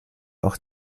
auch